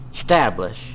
establish